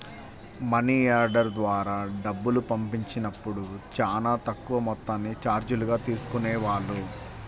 money order ద్వారా డబ్బులు పంపించినప్పుడు చానా తక్కువ మొత్తాన్ని చార్జీలుగా తీసుకునేవాళ్ళు